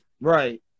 Right